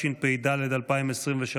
פסק דין או תשלום לרשות),